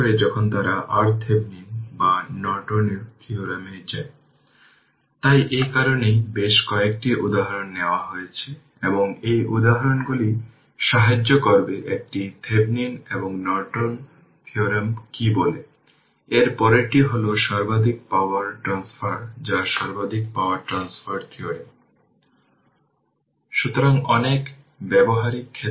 সুতরাং ক্যাপাসিটর এবং inductor power উৎপন্ন করে না শুধুমাত্র যে পাওয়ার রাখা হয়েছে এই উপাদানগুলি নিষ্কাশন করা যেতে পারে